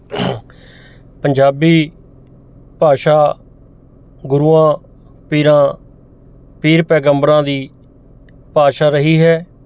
ਪੰਜਾਬੀ ਭਾਸ਼ਾ ਗੁਰੂਆਂ ਪੀਰਾਂ ਪੀਰ ਪੈਗੰਬਰਾਂ ਦੀ ਭਾਸ਼ਾ ਰਹੀ ਹੈ